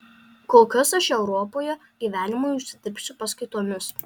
kol kas aš europoje gyvenimui užsidirbsiu paskaitomis